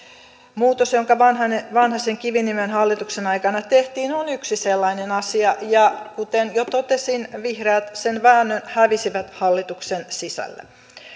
muutos joka vanhasen kiviniemen hallituksen aikana tehtiin on yksi sellainen asia ja kuten jo totesin vihreät sen väännön hävisivät hallituksen sisällä